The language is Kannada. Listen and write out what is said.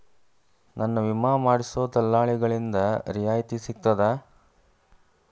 ನನ್ನ ವಿಮಾ ಮಾಡಿಸೊ ದಲ್ಲಾಳಿಂದ ರಿಯಾಯಿತಿ ಸಿಗ್ತದಾ?